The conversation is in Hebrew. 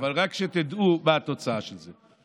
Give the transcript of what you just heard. אבל רק שתדעו מה התוצאה של זה.